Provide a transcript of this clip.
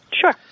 Sure